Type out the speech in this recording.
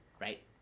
Right